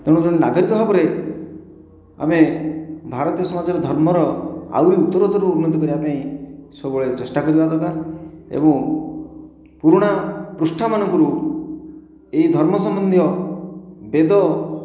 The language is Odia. ତେଣୁ ଜଣେ ନାଗରିକ ଭାବରେ ଆମେ ଭାରତୀୟ ସମାଜରେ ଧର୍ମର ଆହୁରି ଉତ୍ତରୋତ୍ତର ଉନ୍ନତି କରିବା ପାଇଁ ସବୁବେଳେ ଚେଷ୍ଟା କରିବା ଦରକାର ଏବଂ ପୁରୁଣା ପୃଷ୍ଠା ମାନଙ୍କରୁ ଏହି ଧର୍ମ ସମ୍ବନ୍ଧୀୟ ବେଦ